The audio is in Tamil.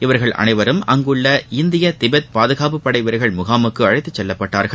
இவர்கள் அனைவரும் அங்குள்ள இந்திய திபத் பாதுகாப்பு படைவீரர்கள் முகாமுக்கு அழைத்து செல்லப்பப்டார்கள்